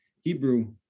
Hebrew